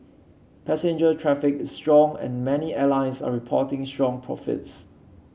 passenger traffic is strong and many airlines are reporting strong profits